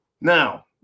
Now